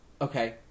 Okay